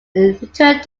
returned